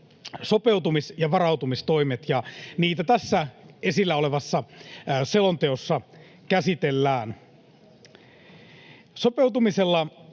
sopeutumis- ja varautumistoimet, ja niitä tässä esillä olevassa selonteossa käsitellään. Sopeutumisella